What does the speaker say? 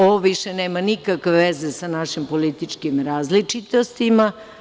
Ovo više nema nikakve veze sa našim političkim različitostima.